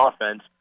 offense